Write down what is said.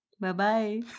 Bye-bye